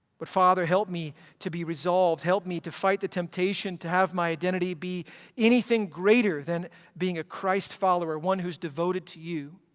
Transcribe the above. but father help me to be resolved. help me to fight the temptation to have my identity be anything greater than being a christ follower, one who's devoted to you.